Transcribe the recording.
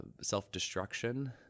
self-destruction